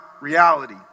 reality